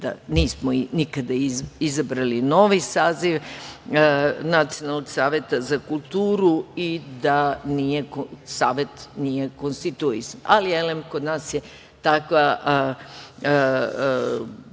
da nismo nikada izabrali novi saziv Nacionalnog saveta za kulturu i da savet nije konstituisan. Ali, elem, kod nas je takva